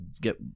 get